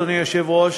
אדוני היושב-ראש,